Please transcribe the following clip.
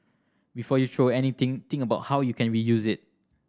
before you throw anything think about how you can reuse it